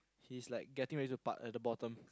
he's like getting ready to park at the bottom